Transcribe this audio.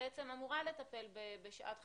שאמורה לטפל בשעת חירום,